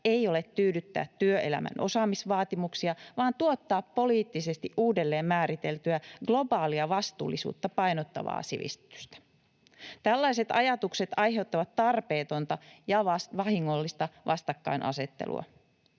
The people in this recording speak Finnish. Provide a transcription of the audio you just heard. ei ole tyydyttää työelämän osaamisvaatimuksia vaan tuottaa poliittisesti uudelleenmääriteltyä, globaalia vastuullisuutta painottavaa sivistystä. Tällaiset ajatukset aiheuttavat tarpeetonta ja vahingollista vastakkainasettelua.